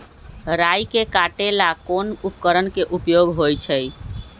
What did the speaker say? राई के काटे ला कोंन उपकरण के उपयोग होइ छई?